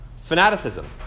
fanaticism